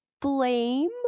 blame